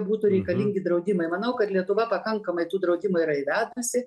būtų reikalingi draudimai manau kad lietuva pakankamai tų draudimų yra įvedusi